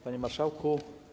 Panie Marszałku!